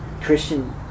Christian